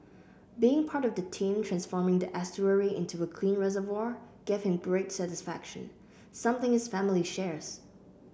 being part of the team transforming the estuary into a clean reservoir gave him great satisfaction something his family shares